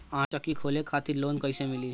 आटा चक्की खोले खातिर लोन कैसे मिली?